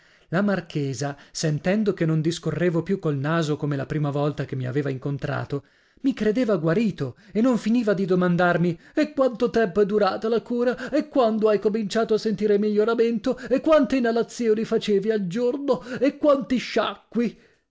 la marchesa sentendo che non discorrevo più col naso come la prima volta che mi aveva incontrato mi credeva guarito e non finiva di domandarmi e quanto tempo è durata la cura e quando hai cominciato a sentire il miglioramento e quante inalazioni facevi al giorno e quanti sciacqui